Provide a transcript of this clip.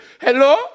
hello